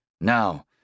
Now